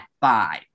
five